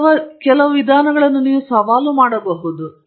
ಮೂಲಭೂತವಾಗಿ ನೀವು ವಿಧಾನವನ್ನು ಸವಾಲು ಮಾಡಬಹುದು